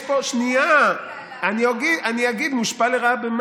שנייה, אני אגיד במה מושפע לרעה.